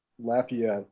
Lafayette